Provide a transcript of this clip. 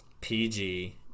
PG